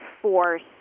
force